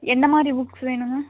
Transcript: என்ன மாதிரி புக்ஸ் வேணுங்க